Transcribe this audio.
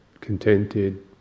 contented